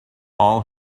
all